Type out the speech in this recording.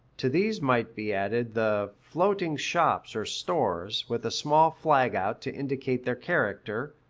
to these might be added the floating shops or stores, with a small flag out to indicate their character,